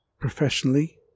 professionally